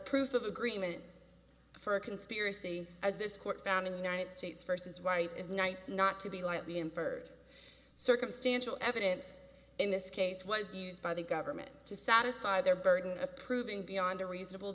proof of agreement for a conspiracy as this court found in the united states versus right is knight not to be like the inferred circumstantial evidence in this case was used by the government to satisfy their burden of proving beyond a reasonable